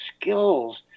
skills